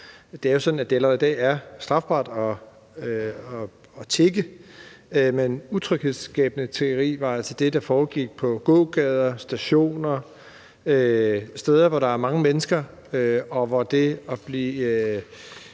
det er jo sådan, at det allerede i dag er strafbart at tigge; men utryghedsskabende tiggeri var altså det, der foregik på gågader, stationer, steder, hvor der er mange mennesker, og hvor det at blive